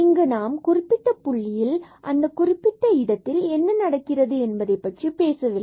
இங்கு நாம் ஒரு குறிப்பிட்ட புள்ளியில் அந்த குறிப்பிட்ட இடத்தில் என்ன நடக்கிறது என்பதை பற்றி பேசவில்லை